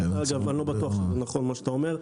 אגב, אני לא בטוח שזה נכון, מה שאתה אומר.